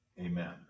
Amen